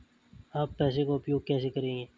आप पैसे का उपयोग कैसे करेंगे?